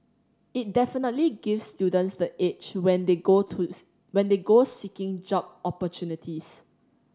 it definitely gives students the edge when they go to when they go seeking job opportunities